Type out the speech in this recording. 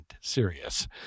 serious